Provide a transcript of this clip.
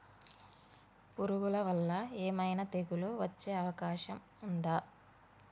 పురుగుల వల్ల ఏమైనా తెగులు వచ్చే అవకాశం ఉందా?